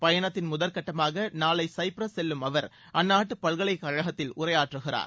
பயணத்தின் முதற்கட்டமாக நாளை சைப்ரஸ் செல்லும் அவர் அந்நாட்டு பல்கலைக்கழகத்தில் உரையாற்றுகிறார்